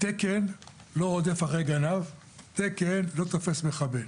תקן לא רודף אחרי גנב, תקן לא תופס מחבל.